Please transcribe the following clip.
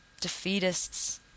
defeatists